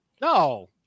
No